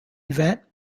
event